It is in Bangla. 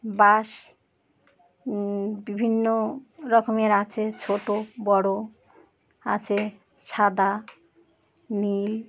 বাস বিভিন্ন রকমের আছে ছোটো বড়ো আছে সাদা নীল